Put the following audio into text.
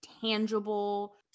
tangible